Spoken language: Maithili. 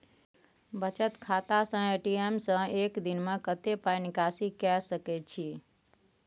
बचत खाता स ए.टी.एम से एक दिन में कत्ते पाई निकासी के सके छि?